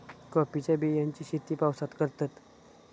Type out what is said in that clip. कॉफीच्या बियांची शेती पावसात करतत